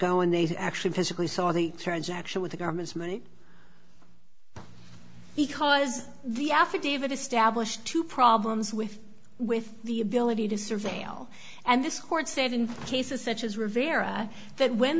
go and they actually physically saw the transaction with the government's money because the affidavit established two problems with with the ability to surveil and this court said in cases such as rivera that when